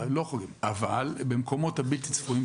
אבל במקומות הבלתי-צפויים,